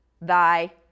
thy